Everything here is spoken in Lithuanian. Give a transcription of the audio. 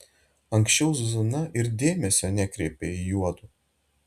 anksčiau zuzana ir dėmesio nekreipė į juodu